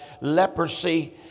leprosy